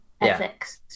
ethics